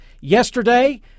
yesterday